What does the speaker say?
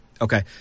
Okay